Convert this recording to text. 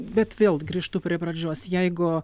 bet vėl grįžtu prie pradžios jeigu